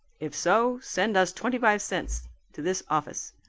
if so send us twenty-five cents to this office.